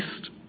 east